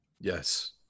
Yes